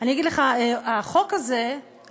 אני אגיד לך, החוק הזה,